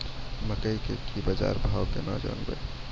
मकई के की बाजार भाव से केना जानवे?